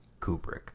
Kubrick